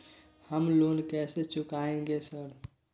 हम लोन कैसे चुकाएंगे सर?